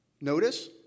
notice